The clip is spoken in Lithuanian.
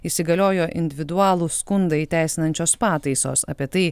įsigaliojo individualų skundą įteisinančios pataisos apie tai